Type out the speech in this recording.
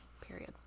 Period